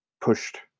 pushed